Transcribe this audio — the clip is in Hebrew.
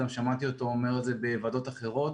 אני גם שמעתי אותו אומר את זה בוועדות אחרות.